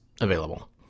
available